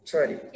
Sorry